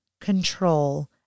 control